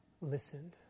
listened